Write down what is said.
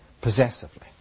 possessively